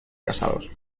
casados